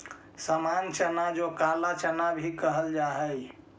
सामान्य चना जो काला चना भी कहल जा हई